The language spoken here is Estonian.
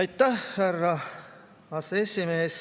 Aitäh, härra aseesimees!